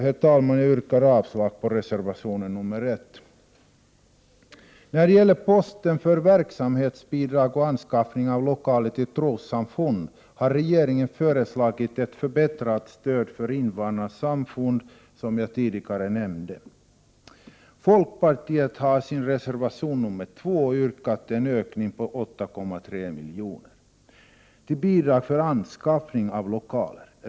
Herr talman! Jag yrkar avslag på reservation nr 1. När det gäller posten för verksamhetsbidrag och anskaffning av lokaler till trossamfund har regeringen föreslagit ett förbättrat stöd för invandrarnas samfund, som jag tidigare nämnde. Folkpartiet har i sin reservation nr 2 yrkat på en ökning på 8,3 milj. till bidrag för anskaffning av lokaler.